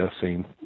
scene